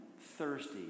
thirsty